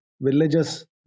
villages